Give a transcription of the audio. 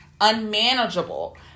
unmanageable